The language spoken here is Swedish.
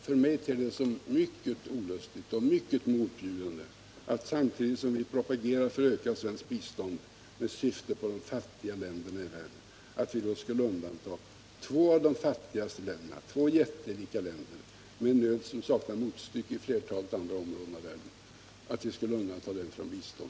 För mig ter det sig som mycket olustigt och mycket motbjudande att samtidigt som vi propagerar för ökat svenskt bistånd med syfte på de fattigaste länderna i världen tala om att undanta två av de fattigaste länderna från detta bistånd, två jättelika länder med en nöd som saknar motstycke i flertalet andra områden i världen.